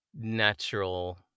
natural